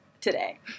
today